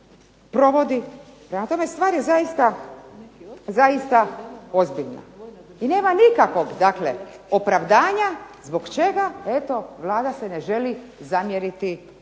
tome, stvar je zaista ozbiljna. I nema nikakvog opravdanja zbog čega se Vlada se ne želi zamjeriti